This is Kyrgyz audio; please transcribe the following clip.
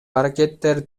аракеттер